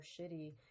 shitty